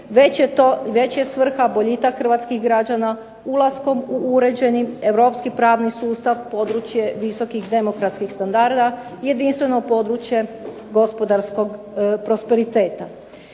već je svrha boljitak hrvatskih građana ulaskom u uređeni europski pravni sustav, područje visokih demokratskih standarda, jedinstveno područje gospodarskog prosperiteta.